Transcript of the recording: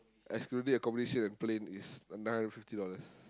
excluding accommodation and plane is nine hundred and fifty dollars